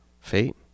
fate